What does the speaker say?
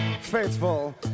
Faithful